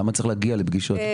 למה צריך להגיע לפגישות?